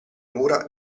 mura